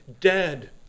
dead